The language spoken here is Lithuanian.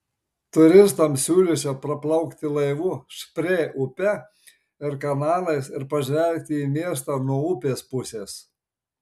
turistams siūlyčiau praplaukti laivu šprė upe ir kanalais ir pažvelgti į miestą nuo upės pusės